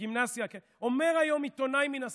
אומר היום עיתונאי מן השמאל,